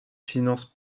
finances